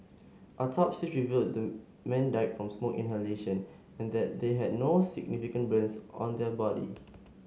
autopsies revealed the men died from smoke inhalation and that they had no significant burns on their body